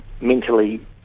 mentally